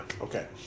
Okay